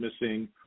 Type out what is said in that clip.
missing